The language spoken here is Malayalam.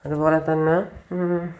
അതുപോലെതന്നെ